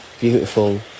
beautiful